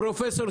לפחות כלפיי,